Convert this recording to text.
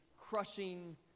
crushing